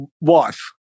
wife